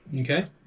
Okay